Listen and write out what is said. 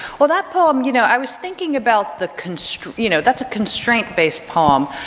well, that poem, you know, i was thinking about the constraint, you know that's a constraint-based poem,